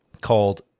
called